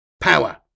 power